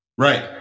Right